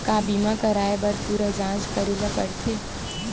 का बीमा कराए बर पूरा जांच करेला पड़थे?